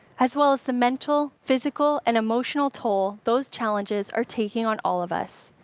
as well as the mental, physical, and emotional toll those challenges are taking on all of us.